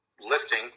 lifting